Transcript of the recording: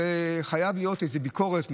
חייבת להיות איזושהי ביקורת.